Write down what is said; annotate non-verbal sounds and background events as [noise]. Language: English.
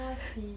[breath]